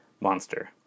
monster